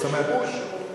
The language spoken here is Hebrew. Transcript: זאת אומרת, יש פה שיבוש.